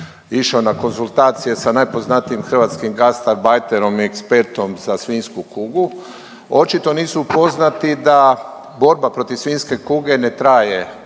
išao na konzultacije sa najpoznatijim hrvatskim gastabajterom i ekspertom za svinjsku kugu, očito nisu upoznati da borba protiv svinjske kuge ne traje